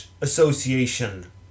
Association